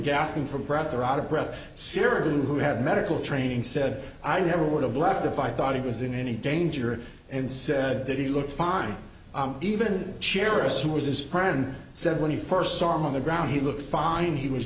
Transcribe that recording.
gasping for breath or out of breath seriously who have medical training said i never would have left if i thought he was in any danger and said that he looked fine even cherice who was his friend said when he first saw him on the ground he looked fine he was